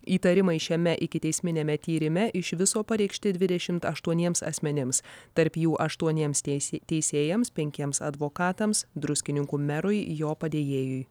įtarimai šiame ikiteisminiame tyrime iš viso pareikšti dvidešimt aštuoniems asmenims tarp jų aštuoniems teis teisėjams penkiems advokatams druskininkų merui jo padėjėjui